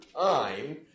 time